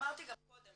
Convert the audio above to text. אמרתי גם קודם,